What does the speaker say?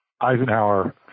Eisenhower